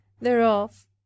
thereof